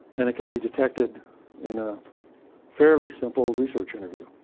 and it can be detected in a fairly simple research interview.